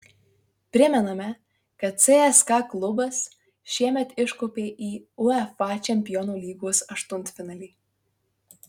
primename kad cska klubas šiemet iškopė į uefa čempionų lygos aštuntfinalį